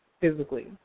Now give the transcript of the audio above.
physically